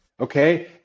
okay